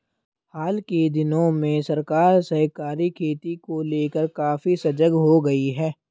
हाल के दिनों में सरकार सहकारी खेती को लेकर काफी सजग हो गई है